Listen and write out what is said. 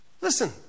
Listen